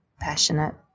passionate